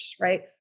right